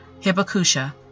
Hibakusha